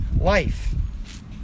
life